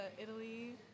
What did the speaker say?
Italy